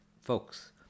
folks